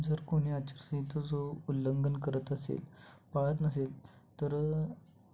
जर कोणी आचारसंहितेचं उल्लंघन करत असेल पाळत नसेल तर